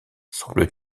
semble